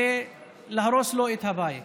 ולהרוס לו את הבית,